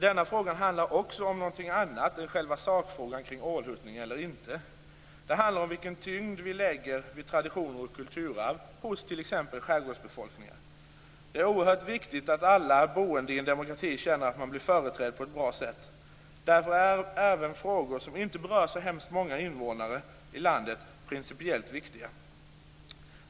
Denna fråga handlar också om något annat än själva sakfrågan kring ålhuttningens vara eller inte vara. Den handlar om vilken tyngd vi lägger vid traditioner och kulturarv hos t.ex. skärgårdsbefolkningen. Det är oerhört viktigt att alla boende i en demokrati känner att de blir företrädda på ett bra sätt. Därför är även frågor som inte berör så hemskt många invånare i landet principiellt viktiga.